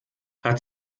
hat